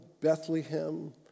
Bethlehem